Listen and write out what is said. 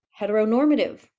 heteronormative